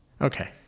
Okay